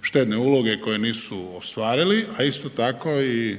štedne uloge koje nisu ostvarili, a isto tako i